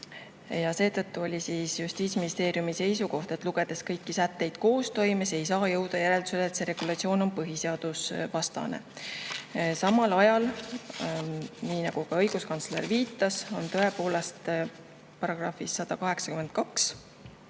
Seetõttu oli Justiitsministeeriumi seisukoht, et vaadates kõiki sätteid koostoimes, ei saa jõuda järeldusele, et see regulatsioon on põhiseadusvastane. Samal ajal, nii nagu ka õiguskantsler viitas, on tõepoolest §-s 182